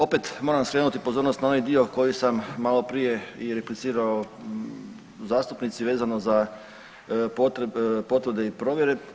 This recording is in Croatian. Opet moram skrenuti pozornost na onaj dio koji sam maloprije i replicirao zastupnici vezano za potvrde i provjere.